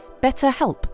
BetterHelp